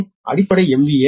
எனவே அடிப்படை எம்